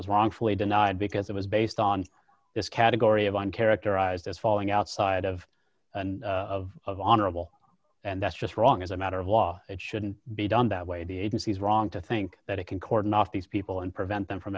was wrongfully denied because it was based on this category of one characterized as following outside of of of honorable and that's just wrong as a matter of law it shouldn't be done that way the agency is wrong to think that it can cordon off these people and prevent them from